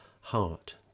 heart